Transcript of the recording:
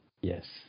Yes